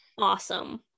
Awesome